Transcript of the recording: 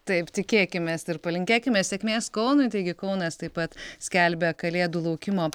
taip tikėkimės ir palinkėkime sėkmės kaunui taigi kaunas taip pat skelbia kalėdų laukimo